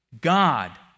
God